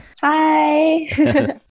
hi